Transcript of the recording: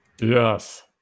yes